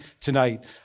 tonight